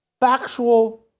factual